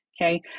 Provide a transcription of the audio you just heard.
okay